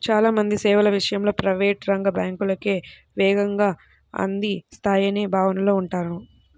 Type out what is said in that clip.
చాలా మంది సేవల విషయంలో ప్రైవేట్ రంగ బ్యాంకులే వేగంగా అందిస్తాయనే భావనలో ఉంటారు